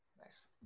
Nice